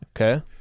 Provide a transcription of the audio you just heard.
okay